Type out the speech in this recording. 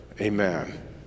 Amen